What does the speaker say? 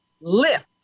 Lift